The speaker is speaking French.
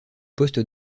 poste